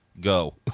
Go